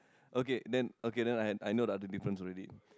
okay then okay then I I know the other difference already